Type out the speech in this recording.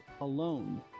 alone